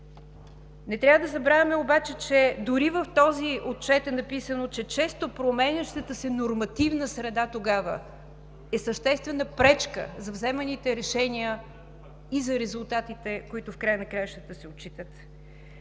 Не трябва да забравяме обаче, че дори в този отчет е написано, че често променящата се нормативна среда тогава е съществена пречка за вземаните решения и за резултатите, които в края на краищата се отчитат.